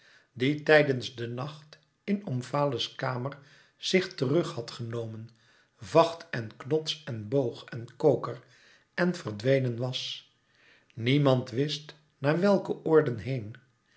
die tijdens de nacht in omfale's kamer zich terug had genomen vacht en knots en boog en koker en verdwenen was niemand wist naar welke oorden heen